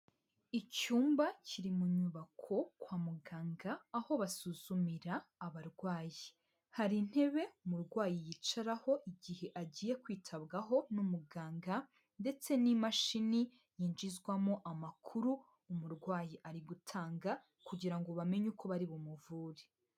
Icyumba kiri mu nyubako kwa muganga, aho basuzumira abarwayi. Hari intebe umurwayi yicaraho igihe agiye kwitabwaho n'umuganga, ndetse n'imashini yinjizwamo amakuru umurwayi ari gutanga, kugira ngo bamenye uko bari bumuvure.